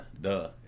duh